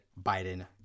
Biden